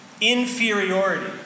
Inferiority